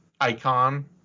icon